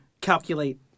calculate